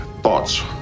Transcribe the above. Thoughts